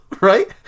right